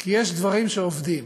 כי יש דברים שעובדים.